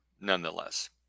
nonetheless